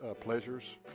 pleasures